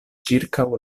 ĉirkaŭ